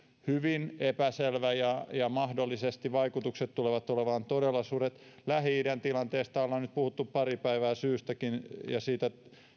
hyvin epäselvä ja ja mahdollisesti vaikutukset tulevat olemaan todella suuret lähi idän tilanteesta ollaan nyt puhuttu pari päivää syystäkin ja siitä